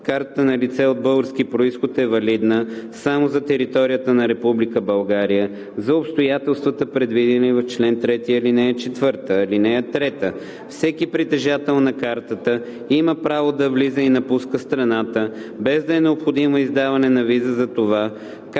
Картата на лице от български произход е валидна само за територията на Република България за обстоятелствата, предвидени в чл. 3, ал. 4. (3) Всеки притежател на картата има право да влиза и напуска страната, без да е необходимо издаването на виза за това,